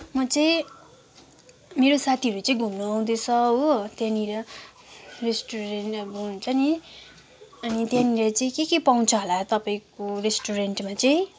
म चाहिँ मेरो साथीहरू चाहिँ घुम्नु आउँदैछ हो त्यहाँनिर रेस्टुरेन्ट अब हुन्छ नि अनि त्यहाँनिर के के पाउँछ होला तपाईँको रेस्टुरेन्टमा चाहिँ